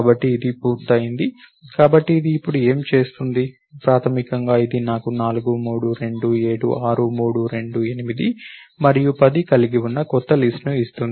కాబట్టి ఇది పూర్తయింది కాబట్టి ఇది ఇప్పుడు ఏమి చేస్తుంది ప్రాథమికంగా ఇది నాకు 4 3 2 7 6 3 2 8 మరియు 10 కలిగి ఉన్న కొత్త లిస్ట్ ను ఇస్తుంది